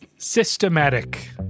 systematic